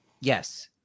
yes